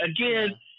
Again